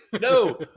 No